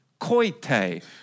koite